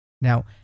Now